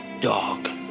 dog